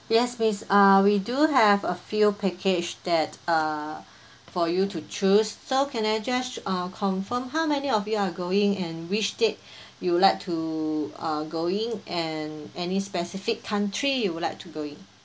yes miss uh we do have a few package that uh for you to choose so can I just uh confirm how many of you are going and which date you would like to uh going and any specific country you would like to going